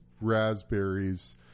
raspberries